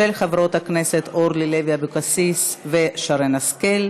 של חברות הכנסת אורלי לוי אבקסיס ושרן השכל.